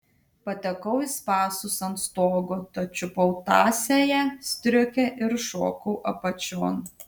patekau į spąstus ant stogo tad čiupau tąsiąją striukę ir šokau apačion